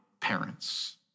parents